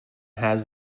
has